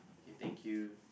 K thank you